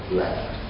left